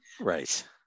Right